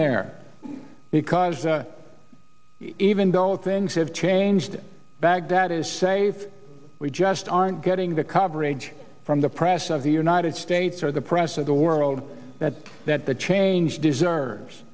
there because even though if things have changed baghdad is safe we just aren't getting the coverage from the press of the united states or the press of the world that that the change deserves